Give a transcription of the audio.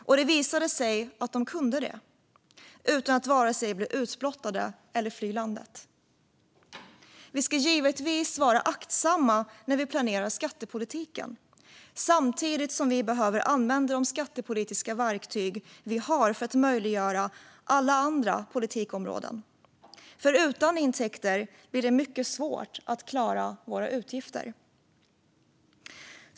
Och det visade sig att de kunde det utan att vare sig bli utblottade eller fly landet. Vi ska givetvis vara aktsamma när vi planerar skattepolitiken samtidigt som vi behöver använda de skattepolitiska verktyg vi har för att möjliggöra alla andra politikområden, för utan intäkter blir det mycket svårt att klara våra utgifter.